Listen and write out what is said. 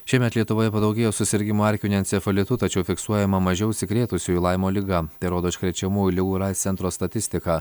šiemet lietuvoje padaugėjo susirgimų erkiniu encefalitu tačiau fiksuojama mažiau užsikrėtusiųjų laimo liga tai rodo užkrečiamųjų ligų ir aids centro statistika